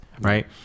right